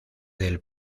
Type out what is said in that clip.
del